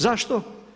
Zašto?